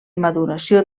maduració